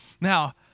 Now